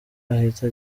ahita